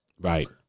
Right